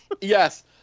Yes